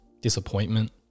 disappointment